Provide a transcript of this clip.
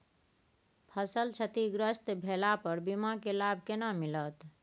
फसल क्षतिग्रस्त भेला पर बीमा के लाभ केना मिलत?